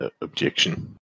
objection